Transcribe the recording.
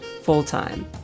full-time